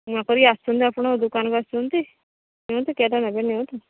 ନୂଆକରି ଆସଛନ୍ତି ଆପଣ ଦୋକାନକୁ ଆସିଛନ୍ତି ନିଅନ୍ତୁ କେଉଁଟା ନେବେ ନିଅନ୍ତୁ